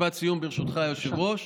משפט סיום, ברשותך, היושב-ראש.